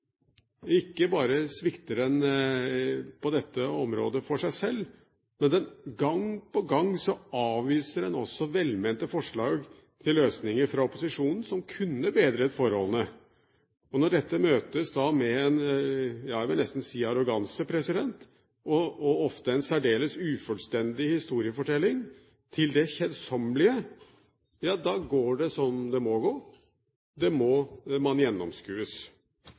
Ikke bare svikter den på dette området for seg selv, men gang på gang avviser den også velmente forslag til løsninger fra opposisjonen som kunne bedret forholdene. Når dette da møtes med – jeg vil nesten si – en arroganse, og ofte en særdeles ufullstendig historiefortelling, til det kjedsommelige, går det som det må gå: Man gjennomskues.